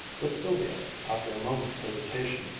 but sylvia, after a moment's hesitation,